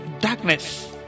darkness